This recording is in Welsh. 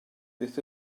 beth